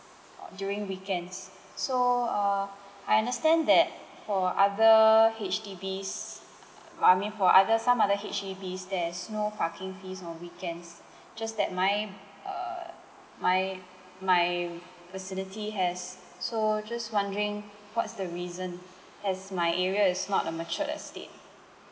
uh during weekends so uh I understand that for other H_D_B's I mean for other some other H_D_B's there's no parking fees on weekends just that my uh my my facility has so just wondering what's the reason as my area is not a mature estate